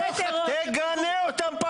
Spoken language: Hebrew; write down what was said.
תגנה אותם.